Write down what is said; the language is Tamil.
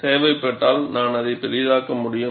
தேவைப்பட்டால் நான் அதை பெரிதாக்க முடியும்